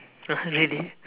!huh! really